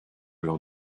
lors